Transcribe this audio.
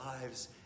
lives